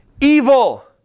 evil